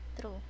True